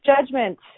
Judgment